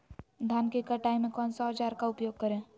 धान की कटाई में कौन सा औजार का उपयोग करे?